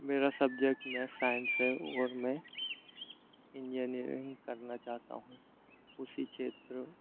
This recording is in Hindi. मेरा सब्जेक्ट मैथ साइंस है और मैं इंजीनियरिंग करना चाहता हूँ उसी क्षेत्र